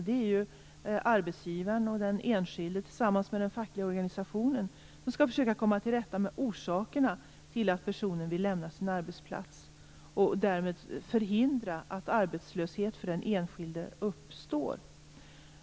Det är ju arbetsgivaren och den enskilde som, tillsammans med den fackliga organisationen, skall försöka komma till rätta med orsakerna till att en person vill lämna sin arbetsplats, och därmed förhindra att arbetslöshet uppstår för den enskilde.